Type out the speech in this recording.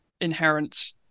inherent